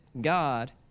God